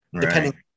depending